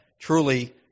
truly